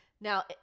Now